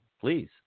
please